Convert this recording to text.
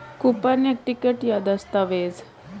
coupon एक ticket या दस्तावेज़ है